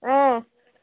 آ